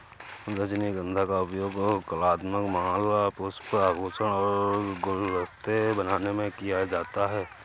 रजनीगंधा का उपयोग कलात्मक माला, पुष्प, आभूषण और गुलदस्ते बनाने के लिए किया जाता है